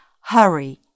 Hurry